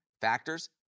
factors